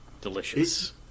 delicious